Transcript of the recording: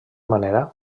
manera